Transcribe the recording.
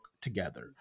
Together